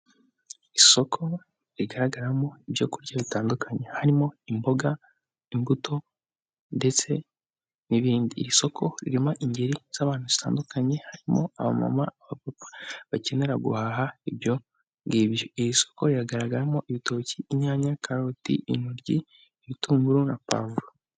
Isoko rigaragaramo ibyo kurya bitandukanye, harimo imboga, imbuto ndetse n'ibindi, isoko ririmo ingeri z'abantu batandukanye harimo abamama, abapapa, bakenera guhaha, ibyo ngibyo, iri soko rigaragaramo ibitoki, inyanya, karoti, intoryi, ibitunguru na pavuro.